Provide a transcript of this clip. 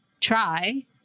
try